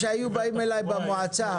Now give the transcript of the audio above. כשהיו באים אליי במועצה,